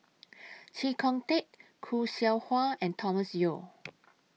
Chee Kong Tet Khoo Seow Hwa and Thomas Yeo